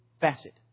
facet